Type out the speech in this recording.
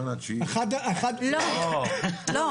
לא, לא.